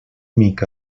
mica